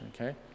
okay